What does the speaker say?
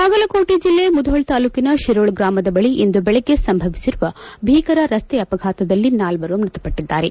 ಬಾಗಲಕೋಟೆ ಜಿಲ್ಲೆ ಮುಧೋಳ ತಾಲೂಕಿನ ಶಿರೋಳ ಗ್ರಾಮದ ಬಳಿ ಇಂದು ಬೆಳಗ್ಗೆ ಸಂಭವಿಸಿರುವ ಭೀಕರ ರಸ್ತೆ ಅವಘಾತದಲ್ಲಿ ನಾಲ್ವರು ಮೃತಪಟ್ಟದ್ದಾರೆ